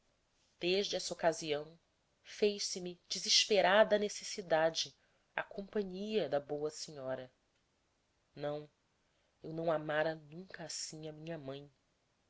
desde essa ocasião fez se me desesperada necessidade a companhia da boa senhora não eu não amara nunca assim a minha mãe